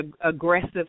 aggressive